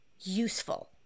useful